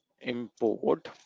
import